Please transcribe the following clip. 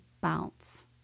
bounce